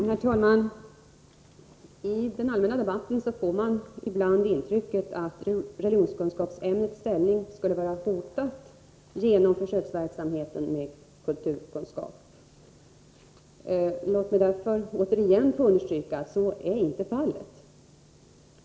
Herr talman! I den allmänna debatten får man ibland intrycket att religionskunskapsämnets ställning skulle vara hotad på grund av försöksverksamheten med kulturkunskap. Låt mig därför återigen understryka att så inte är fallet.